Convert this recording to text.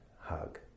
hug